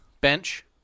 Bench